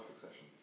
succession